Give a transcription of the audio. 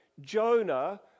Jonah